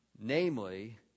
Namely